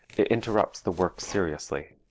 it interrupts the work seriously.